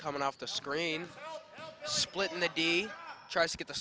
coming off the screen split in the d tries to get the